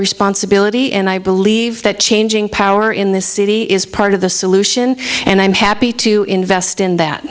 responsibility and i believe that changing power in this city is part of the solution and i'm happy to invest in that